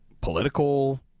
political